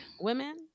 women